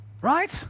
right